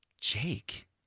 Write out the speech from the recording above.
Jake